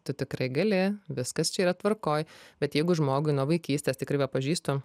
tu tikrai gali viskas čia yra tvarkoj bet jeigu žmogui nuo vaikystės tikrai va pažįstu